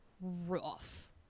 rough